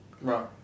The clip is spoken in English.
Right